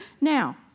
Now